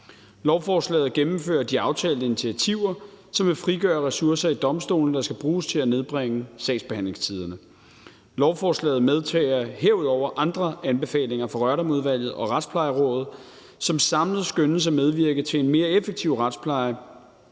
Lovforslaget gennemfører de aftalte initiativer, som vil frigøre ressourcer ved domstolene, der skal bruges til at nedbringe sagsbehandlingstiderne. Lovforslaget medtager herudover andre anbefalinger fra Rørdamudvalget og Retsplejerådet, som samlet skønnes at medvirke til en mere effektiv retspleje,